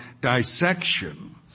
dissection